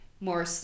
more